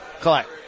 collect